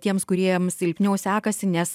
tiems kuriems silpniau sekasi nes